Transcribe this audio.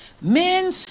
men